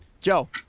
Joe